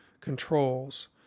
controls